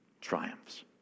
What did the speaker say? triumphs